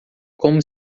como